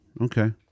Okay